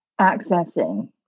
accessing